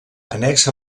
annex